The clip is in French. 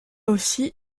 aussi